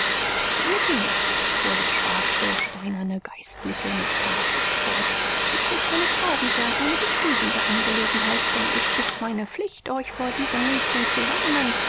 meine kinder fuhr der schwarze steinerne geistliche mit pathos fort dies ist eine traurige eine betrübende angelegenheit denn es ist meine pflicht euch vor diesem mädchen zu warnen